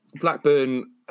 Blackburn